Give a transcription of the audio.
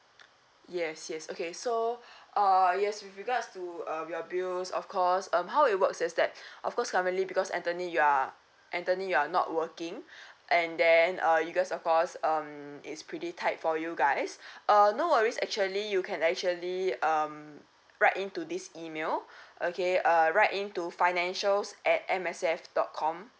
yes yes okay so uh yes with regards to um your bills of course um how it works is that of course currently because anthony you are anthony you are not working and then uh you guys of course um it's pretty tight for you guys uh no worries actually you can actually um write in to this email okay uh write in to financial at M S F dot com